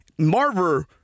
Marver